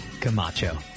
Camacho